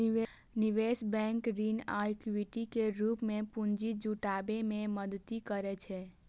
निवेश बैंक ऋण आ इक्विटी के रूप मे पूंजी जुटाबै मे मदति करै छै